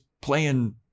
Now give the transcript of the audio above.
playing